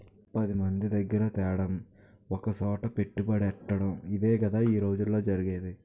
పదిమంది దగ్గిర తేడం ఒకసోట పెట్టుబడెట్టటడం ఇదేగదా ఈ రోజుల్లో జరిగేది